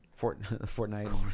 Fortnite